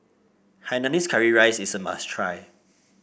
Hainanese Curry Rice is a must try